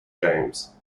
games